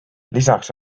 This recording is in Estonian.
lisaks